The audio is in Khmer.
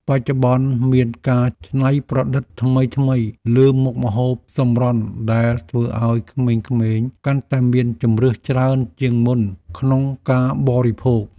បច្ចុប្បន្នមានការច្នៃប្រឌិតថ្មីៗលើមុខម្ហូបសម្រន់ដែលធ្វើឱ្យក្មេងៗកាន់តែមានជម្រើសច្រើនជាងមុនក្នុងការបរិភោគ។